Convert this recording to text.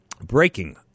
breaking